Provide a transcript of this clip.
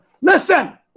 Listen